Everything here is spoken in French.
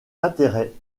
l’intérêt